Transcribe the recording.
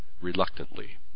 reluctantly